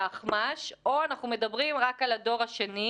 אחמ"ש או אנחנו מדברים רק על הדור השני,